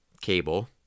Cable